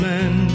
Men